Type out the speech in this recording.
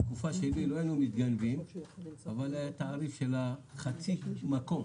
בתקופה שלי לא היינו מתגנבים אבל היה תעריף של חצי מקום,